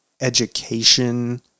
education